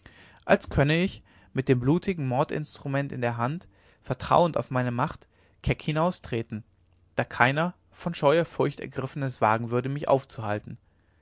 als könne ich mit dem blutigen mordinstrument in der hand vertrauend auf meine macht keck hinaustreten da keiner von scheuer furcht ergriffen es wagen würde mich aufzuhalten